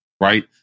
Right